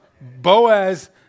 Boaz